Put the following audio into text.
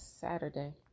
saturday